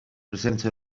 presenze